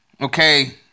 okay